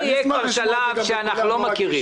זה יהיה כבר שלב שאנחנו לא מכירים.